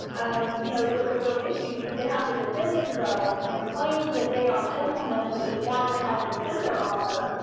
um you know is a real issue. because they have to defend themselves and claim that they are gentleman, which is why they had to defend their honor.